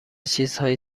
چیزهایی